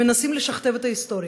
שמנסים לשכתב את ההיסטוריה,